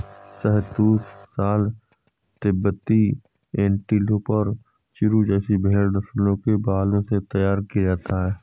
शहतूश शॉल तिब्बती एंटीलोप और चिरु जैसी भेड़ नस्लों के बालों से तैयार किया जाता है